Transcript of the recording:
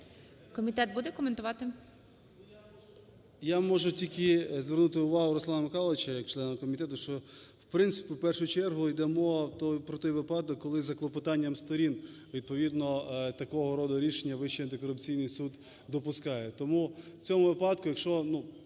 Я можу тільки звернути увагу Руслана Михайловича як члена комітету, що, в принципі, в першу чергу, йде мова про той випадок, коли за клопотанням сторін відповідно такого роду рішення Вищий антикорупційний суд допускає. Тому в цьому випадку, якщо,